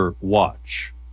watch